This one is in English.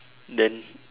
then